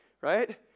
right